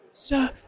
Sir